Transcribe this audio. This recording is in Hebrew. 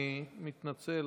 אני מתנצל.